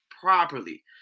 properly